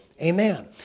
Amen